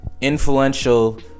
influential